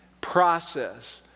process